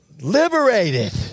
liberated